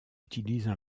utilisent